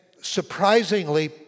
surprisingly